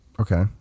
okay